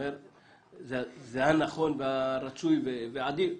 זה הנכון והרצוי והעדיף.